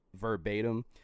verbatim